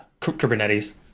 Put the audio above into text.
Kubernetes